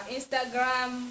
Instagram